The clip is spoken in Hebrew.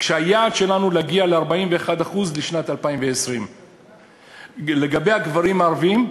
והיעד שלנו הוא להגיע ל-41% בשנת 2020. לגבי הגברים הערבים,